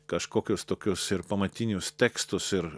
kažkokius tokius ir pamatinius tekstus ir